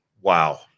Wow